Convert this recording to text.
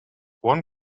one